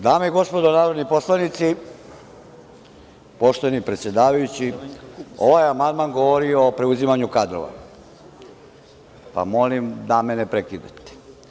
Dame i gospodo narodni poslanici, poštovani predsedavajući, ovaj amandman govori o preuzimanju kadrova, pa molim da me ne prekidate.